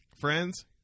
Friends